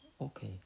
okay